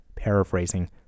paraphrasing